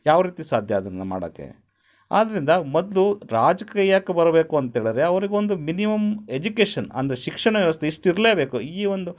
ಯಾವ ರೀತಿ ಸಾಧ್ಯ ಅದನ್ನ ಮಾಡೋಕ್ಕೆ ಆದ್ದರಿಂದ ಮೊದಲು ರಾಜ್ಕೀಯಕ್ಕೆ ಬರಬೇಕು ಅಂತ ಹೇಳಿದ್ರೆ ಅವ್ರಿಗೊಂದು ಮಿನಿಮಮ್ ಎಜುಕೇಷನ್ ಅಂದರೆ ಶಿಕ್ಷಣ ವ್ಯವಸ್ಥೆ ಇಷ್ಟು ಇರಲೇ ಬೇಕು ಈ ಒಂದು